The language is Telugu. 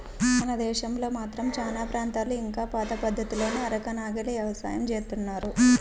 మన దేశంలో మాత్రం చానా ప్రాంతాల్లో ఇంకా పాత పద్ధతుల్లోనే అరక, నాగలి యవసాయం జేత్తన్నారు